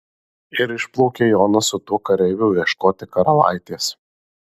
ir išplaukė jonas su tuo kareiviu ieškoti karalaitės